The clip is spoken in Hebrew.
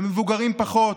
במבוגרים פחות,